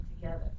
together